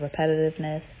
repetitiveness